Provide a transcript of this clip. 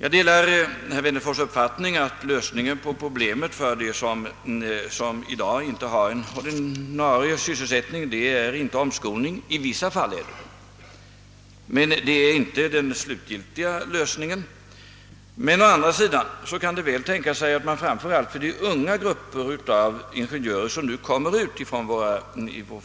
Jag delar herr Wennerfors” uppfattning att lösningen på problemet för dem som i dag saknar ordinarie sysselsättning inte är omskolning; i vissa fall är detta en lösning, men det är inte den slutgiltiga lösningen av problemet. Å andra sidan kan det tänkas att påbyggnadskurser skulle vara lämpliga framför allt för de grupper av unga ingenjörer som nu kommer ut från